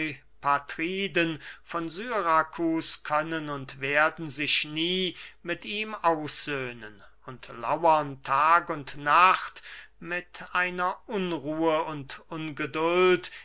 eupatriden von syrakus können und werden sich nie mit ihm aussöhnen und lauern tag und nacht mit einer unruhe und ungeduld